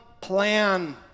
plan